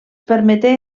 permeté